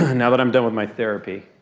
and now that i'm done with my therapy.